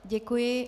Děkuji.